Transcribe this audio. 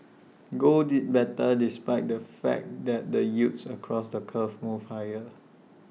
gold did better despite the fact that the yields across the curve moved higher